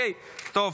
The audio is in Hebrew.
אם כך,